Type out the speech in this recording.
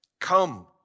Come